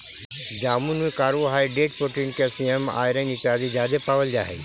जामुन में carbohydrate protein calcium iron इत्यादि जादे पायल जा हई